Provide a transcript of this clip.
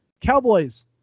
Cowboys